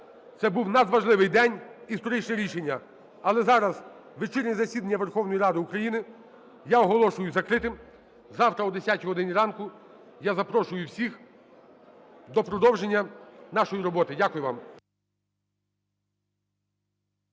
Це був надважливий день, історичне рішення. Але зараз вечірнє засідання Верховної Ради України я оголошую закритим. Завтра о 10 годині ранку я запрошую всіх до продовження нашої роботи. Дякую вам.